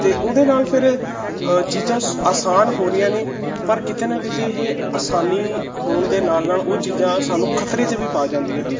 ਤੇ ਉਹਦੇ ਨਾਲ ਫਿਰ ਚੀਜਾਂ ਆਸਾਨ ਹੋ ਰਹੀਆਂ ਨੇ ਪਰ ਕਿਤੇ ਨਾ ਕਿਤੇ ਇਹ ਆਸਾਨੀ ਹੋਣ ਦੇ ਨਾਲ ਨਾਲ ਉਹ ਚੀਜਾਂ ਸਾਨੂੰ ਖਤਰੇ ਚ ਵੀ ਪਾ ਜਾਂਦੀਆਂ ਹਨ